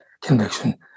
conviction